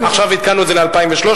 עכשיו עדכנו את זה ל-2013,